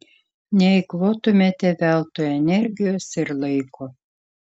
neeikvotumėte veltui energijos ir laiko